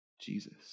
Jesus